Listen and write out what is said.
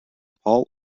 paul